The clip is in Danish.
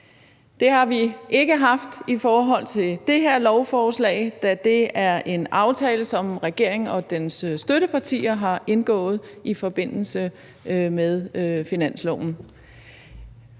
Det har vi ikke haft i forhold til det her lovforslag, da det er en aftale, som regeringen og dens støttepartier har indgået i forbindelse med finansloven.